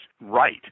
right